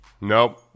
Nope